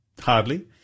hardly